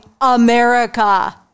America